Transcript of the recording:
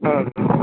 ആ